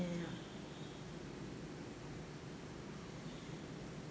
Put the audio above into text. ya ya ya